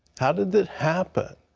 how did this happen?